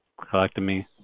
colectomy